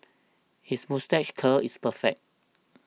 his moustache curl is perfect